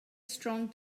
strong